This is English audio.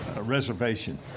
reservation